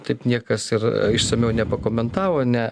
taip niekas ir išsamiau nepakomentavo ne